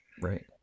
right